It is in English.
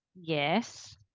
Yes